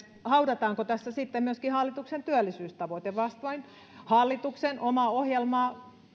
haudataanko tässä myöskin hallituksen työllisyystavoite vastoin hallituksen omaa ohjelmaa